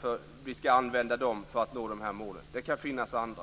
för att nå de här målen. Det kan finnas andra.